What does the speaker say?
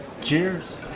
Cheers